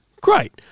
great